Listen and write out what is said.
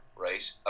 right